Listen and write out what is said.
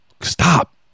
stop